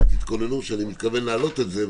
ותתכוננו שאני מתכוון להעלות את זה,